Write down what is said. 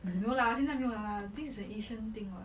no lah 现在没有了 lah I think it's the ancient thing [what]